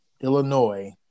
Illinois